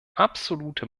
absolute